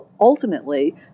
ultimately